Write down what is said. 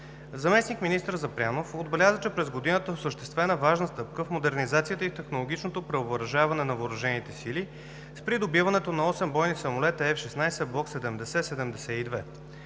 Заместник-министър Запрянов отбеляза, че през годината е осъществена важна стъпка в модернизацията и технологичното превъоръжаване на въоръжените сили с придобиването на осем бойни самолета F-16, блок 70/72.